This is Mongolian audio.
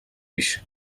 биш